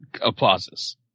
applauses